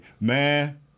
man